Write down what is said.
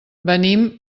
venim